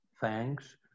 thanks